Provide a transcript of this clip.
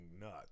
nuts